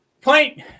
point